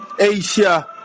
Asia